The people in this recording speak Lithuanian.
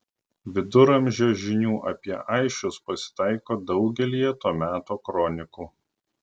viduramžio žinių apie aisčius pasitaiko daugelyje to meto kronikų